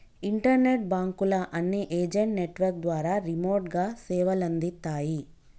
internet బాంకుల అన్ని agent network ద్వారా రిమోట్ గా సేవలందిత్తాయి